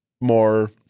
more